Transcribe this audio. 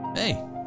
Hey